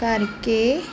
ਕਰਕੇ